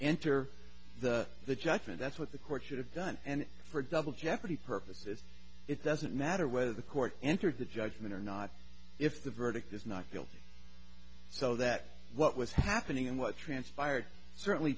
enter the judgment that's what the court should have done and for double jeopardy purposes it doesn't matter whether the court entered the judgment or not if the verdict is not guilty so that what was happening and what transpired certainly